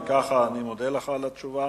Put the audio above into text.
אם כך, אני מודה לך על התשובה